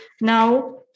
now